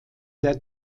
der